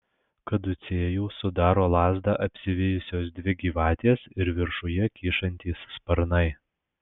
kaducėjų sudaro lazdą apsivijusios dvi gyvatės ir viršuje kyšantys sparnai